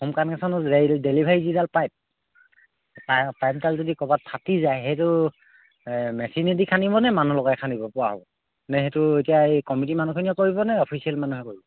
home কানকেচনতো delivery যিডাল pipe পাইপডাল যদি ক'ৰবাত ফাটি যায় সেইটো মেচিনেদি খান্দিব নে মানুহ লগে খান্দিব পৰা নে সেইটো এতিয়া এই কমিটি মানুহখিনিয়ে কৰিব নে অফিচিয়েল মানুহে কৰিব